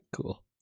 Cool